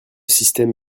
système